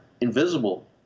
invisible